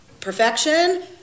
perfection